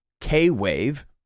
K-wave